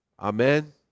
Amen